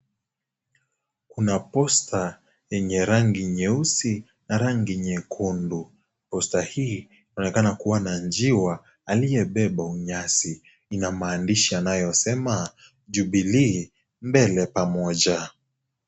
Kua posta yenye rangi nyeusi na rangi nyekundu. Posta hii inaonekana kuwa na njiwa aliyebeba unyasi, ina maandishi yanayosema Jubilee mbele pamoja.